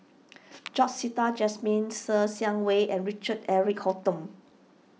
George Sita Jasmine Ser Xiang Wei and Richard Eric Holttum